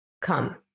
come